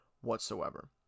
whatsoever